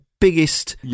biggest